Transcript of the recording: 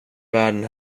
världen